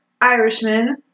Irishman